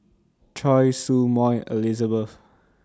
Choy Su Moi Elizabeth